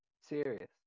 Serious